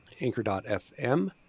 anchor.fm